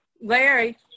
Larry